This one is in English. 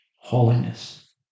holiness